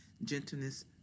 gentleness